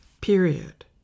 period